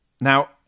Now